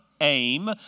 aim